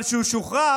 אבל כשהוא שוחרר,